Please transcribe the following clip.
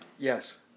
Yes